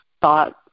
thought